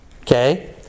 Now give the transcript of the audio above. Okay